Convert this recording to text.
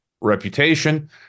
reputation